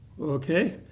Okay